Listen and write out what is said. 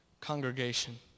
congregation